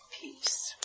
peace